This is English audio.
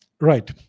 Right